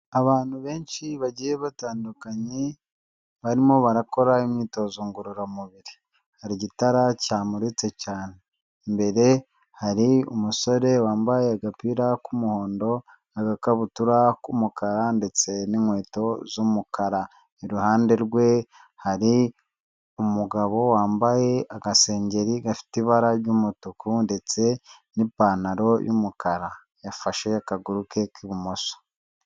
Abantu benshi bagiye batandukanye barimo barakora imyitozo ngororamubiri, hari igitara cyamuritse cyane, imbere hari umusore wambaye agapira k'umuhondo, agakabutura k'umukara ndetse n'inkweto z'umukara, iruhande rwe hari umugabo wambaye agasengeri gafite ibara ry'umutuku ndetse n'ipantaro' yumukara yafashe akaguru ke k'ibumoso.